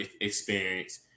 experience